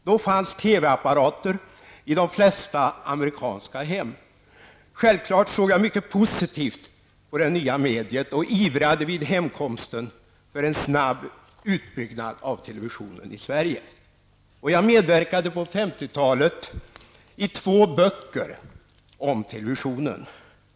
Då fanns TV-apparater i de flesta amerikanska hem. Självfallet såg jag mycket positivt på det nya mediet och ivrade vid hemkomsten för en snabb utbyggnad av televisionen i Sverige. Jag medverkade på 50-talet i två böcker om televisionen.